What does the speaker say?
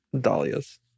dahlias